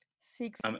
Six